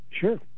Sure